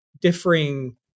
differing